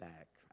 back